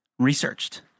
researched